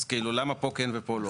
אז למה פה כן ופה לא?